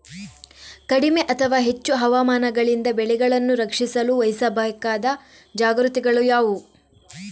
ಕಡಿಮೆ ಅಥವಾ ಹೆಚ್ಚು ಹವಾಮಾನಗಳಿಂದ ಬೆಳೆಗಳನ್ನು ರಕ್ಷಿಸಲು ವಹಿಸಬೇಕಾದ ಜಾಗರೂಕತೆಗಳು ಯಾವುವು?